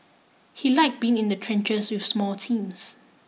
he liked being in the trenches with small teams